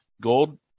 gold